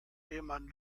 ehemann